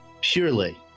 purely